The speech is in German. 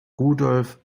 rudolf